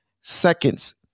seconds